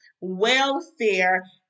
welfare